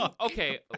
Okay